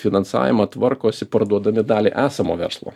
finansavimą tvarkosi parduodami dalį esamo verslo